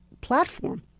platform